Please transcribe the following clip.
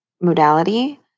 modality